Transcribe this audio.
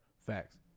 facts